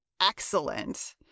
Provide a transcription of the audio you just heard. excellent